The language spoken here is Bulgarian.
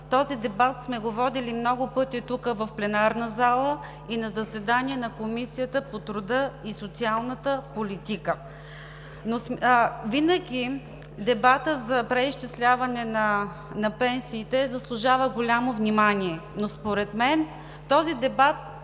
Този дебат сме го водили много пъти тук в пленарната зала и на заседание на Комисията по труда и социалната политика. Винаги дебатът за преизчисляване на пенсиите заслужава голямо внимание, но според мен този дебат